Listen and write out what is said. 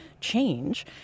change